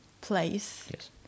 place